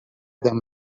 them